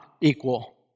equal